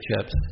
chips